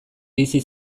bizi